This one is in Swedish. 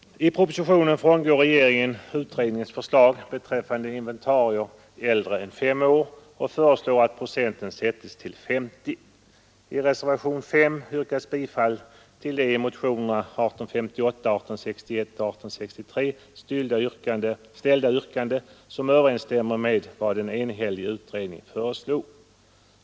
I propositionen frångår regeringen utredningens förslag beträffande inventarier äldre än fem år och föreslår att procenten sättes till 50. I reservationen 5 yrkas bifall till i motionerna 1858, 1861 och 1863 ställda yrkanden, som överensstämmer med vad en enhällig utredning föreslog.